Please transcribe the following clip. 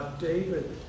David